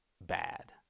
bad